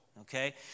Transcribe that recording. okay